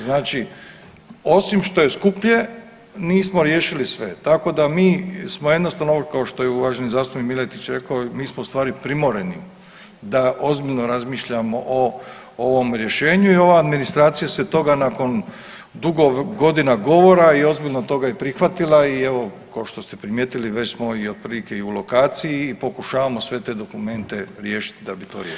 Znači osim što je skuplje nismo riješili sve, tako da mi smo jednostavno evo kao što je i uvaženi zastupnik Miletić rekao, mi smo u stvari primoreni da ozbiljno razmišljamo o ovom rješenju i ova administracija se toga nakon dugo godina govora i ozbiljno toga i prihvatila i evo košto ste primijetili već smo i otprilike u lokaciji i pokušavamo sve te dokumente riješiti da bi to riješili.